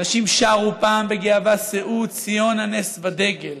אנשים שרו פעם בגאווה: שאו ציונה נס ודגל.